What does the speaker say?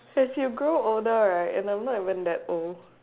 as you grow older right and I'm not even that old